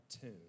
tune